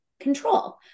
control